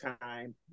time